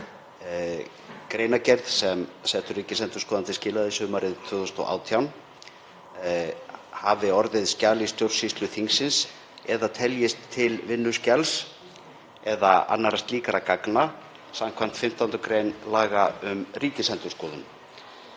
greinargerð sem settur ríkisendurskoðandi skilaði sumarið 2018 hafi orðið skjal í stjórnsýslu þingsins eða teljist til vinnuskjals eða annarra slíkra gagna skv. 15. gr. laga um Ríkisendurskoðun.